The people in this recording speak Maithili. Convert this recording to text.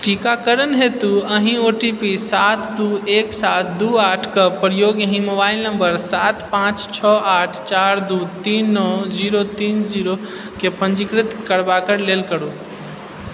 टीकाकरण हेतु एहि ओटीपी सात दू एक सात दू आठ कऽ प्रयोग एहि मोबाइल नंबर सात पाँच छओ आठ चार दू तीन नओ जीरो तीन जीरो केँ पञ्जीकृत करबाके लेल करू